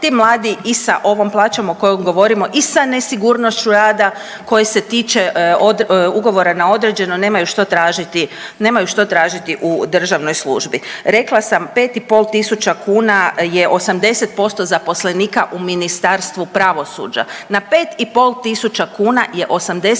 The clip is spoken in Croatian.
ti mladi i sa ovom plaćom o kojoj govorimo i sa nesigurnošću rada koje se tiče ugovora na određeno nemaju što tražiti, nemaju što tražiti u državnoj službi. Rekla sam 5 i pol tisuća kuna je 80% zaposlenika u Ministarstvu pravosuđa. Na 5 i pol tisuća kuna je 80%